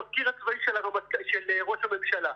המזכיר הצבאי של ראש הממשלה,